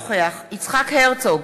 יצחק הרצוג,